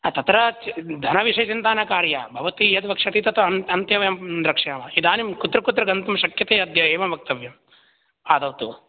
हा तत्र धनविषये चिन्ता न कार्या भवती यद् वक्ष्यति तत् अन् अन्ते वयं द्रक्ष्यामः इदानीं कुत्र कुत्र गन्तुं शक्यते अद्य एवं वक्तव्यम् आदौ तु